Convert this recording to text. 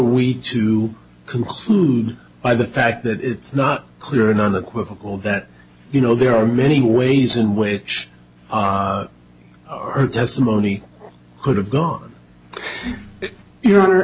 we to conclude by the fact that it's not clear and unequivocal that you know there are many ways in which her testimony could have gone you